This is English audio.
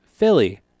Philly